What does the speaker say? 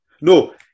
No